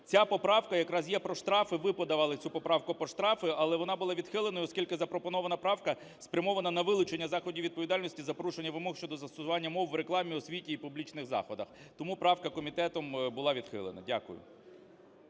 Ця поправка якраз є про штрафи, ви подавали цю поправку про штрафи, але вона була відхилена, оскільки запропонована правка спрямована на вилучення заходів відповідальності за порушення вимог щодо застосування мов в рекламі, освіті і публічних заходах. Тому правка комітетом була відхилена. Дякую.